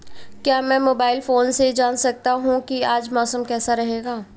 क्या मैं mobile phone से जान सकता हूँ कि आज मौसम कैसा रहेगा?